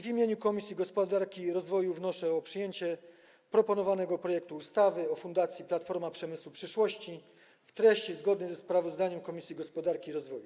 W imieniu Komisji Gospodarki i Rozwoju wnoszę o przyjęcie proponowanego projektu ustawy o Fundacji Platforma Przemysłu Przyszłości w treści zgodnej z zawartością sprawozdania Komisji Gospodarki i Rozwoju.